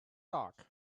dark